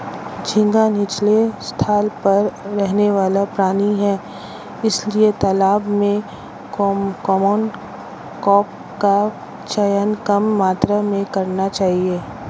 झींगा नीचले स्तर पर रहने वाला प्राणी है इसलिए तालाब में कॉमन क्रॉप का चयन कम मात्रा में करना चाहिए